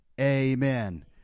Amen